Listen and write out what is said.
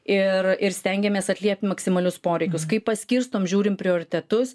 ir ir stengiamės atliept maksimalius poreikius kaip paskirstom žiūrim prioritetus